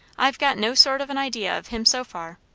i've got no sort of an idea of him, so far.